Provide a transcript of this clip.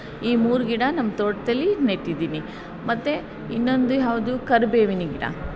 ಈ ಮೂರು ಗಿಡ ನಮ್ಮ ತೋಟದಲ್ಲಿ ನೆಟ್ಟಿದ್ದೀನಿ ಮತ್ತು ಇನ್ನೊಂದು ಯಾವುದು ಕರ್ಬೇವಿನ ಗಿಡ